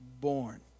born